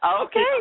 Okay